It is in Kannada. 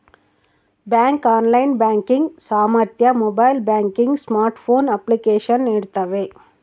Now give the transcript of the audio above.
ಬ್ಯಾಂಕು ಆನ್ಲೈನ್ ಬ್ಯಾಂಕಿಂಗ್ ಸಾಮರ್ಥ್ಯ ಮೊಬೈಲ್ ಬ್ಯಾಂಕಿಂಗ್ ಸ್ಮಾರ್ಟ್ಫೋನ್ ಅಪ್ಲಿಕೇಶನ್ ನೀಡ್ತವೆ